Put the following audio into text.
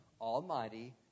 almighty